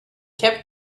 kept